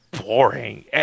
boring